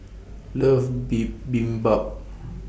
loves Bibimbap